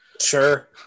Sure